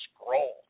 scroll